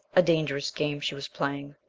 a dangerous game she was playing.